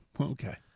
Okay